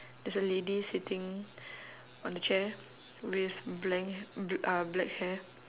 there's a lady sitting on the chair with blank bl~ uh black hair